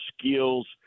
skills